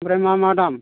आमफ्राय मा मा दाम